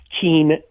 keen